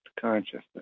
consciousness